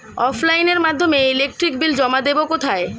অফলাইনে এর মাধ্যমে ইলেকট্রিক বিল জমা দেবো কোথায়?